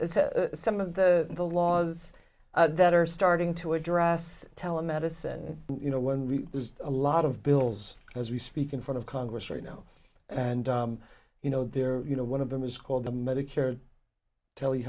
some of the the laws that are starting to address telemedicine you know when there's a lot of bills as we speak in front of congress right now and you know there you know one of them is called the medicare tell